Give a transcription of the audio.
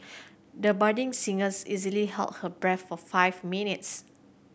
the budding singers easily held her breath for five minutes